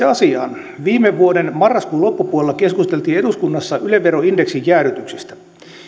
asiaan viime vuoden marraskuun loppupuolella keskusteltiin eduskunnassa yle veron indeksin jäädytyksistä